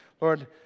Lord